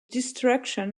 destruction